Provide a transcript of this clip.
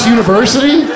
University